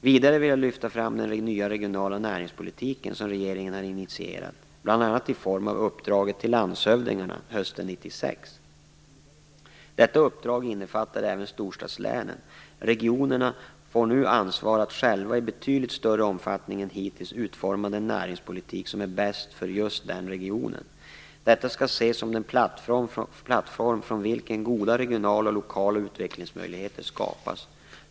Vidare vill jag lyfta fram den nya regionala näringspolitiken som regeringen har initierat, bl.a. i form av uppdraget till landshövdingarna hösten 1996. Detta uppdrag innefattade även storstadslänen. Regionerna får nu ansvar för att själva i betydligt större omfattning än hittills utforma den näringspolitik som är bäst för just respektive region. Detta skall ses som den plattform från vilken goda regionala och lokala utvecklingsmöjligheter skapas.